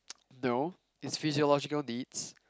no is physiological needs